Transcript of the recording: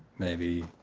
maybe